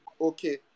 okay